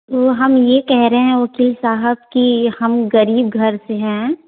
तो हम यह कह रहे हैं वकील साहब कि हम गरीब घर से हैं